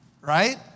right